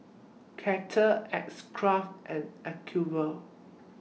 Kettle X Craft and Acuvue